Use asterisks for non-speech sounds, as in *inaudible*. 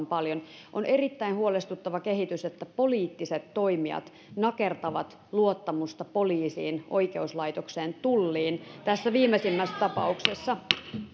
*unintelligible* paljon on erittäin huolestuttava kehitys että poliittiset toimijat nakertavat luottamusta poliisiin oikeuslaitokseen tulliin kuten tässä viimeisimmässä tapauksessa